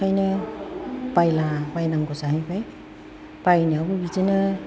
एखायनो बायला बायनांगौ जाहैबाय बायनायावबो बिदिनो